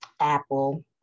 Apple